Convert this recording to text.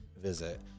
visit